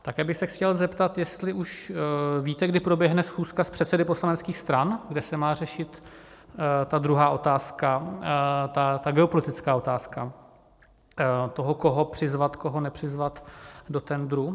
Také bych se chtěl zeptat, jestli už víte, kdy proběhne schůzka s předsedy poslaneckých stran, kde se má řešit ta druhá otázka, ta geopolitická otázka toho, koho přizvat, koho nepřizvat do tendru.